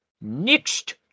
next